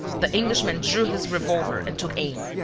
the englishman drew his revolver and took aim.